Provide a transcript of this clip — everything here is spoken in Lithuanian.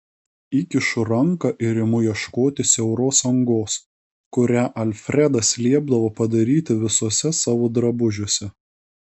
įkišu ranką ir imu ieškoti siauros angos kurią alfredas liepdavo padaryti visuose savo drabužiuose